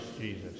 Jesus